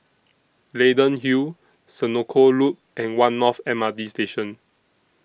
Leyden Hill Senoko Loop and one North M R T Station